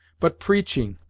but preaching,